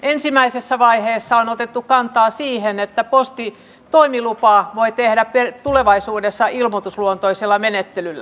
ensimmäisessä vaiheessa on otettu kantaa siihen että postitoimiluvan voi saada tulevaisuudessa ilmoitusluontoisella menettelyllä